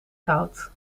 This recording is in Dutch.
goud